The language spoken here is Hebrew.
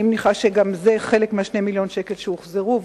אני מניחה שגם זה חלק מ-2 מיליוני החיסונים שהוחזרו,